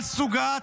מפעל סוגת,